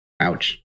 ouch